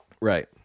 Right